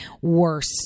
worse